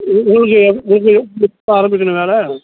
ம் உங்கள உங்களுக்கு எப் உங்களுக்கு எப் எப்போ ஆரம்பிக்கணும் வேலை